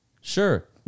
Sure